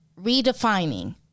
redefining